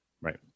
Right